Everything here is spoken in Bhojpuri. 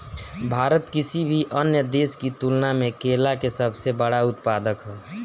भारत किसी भी अन्य देश की तुलना में केला के सबसे बड़ा उत्पादक ह